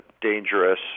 dangerous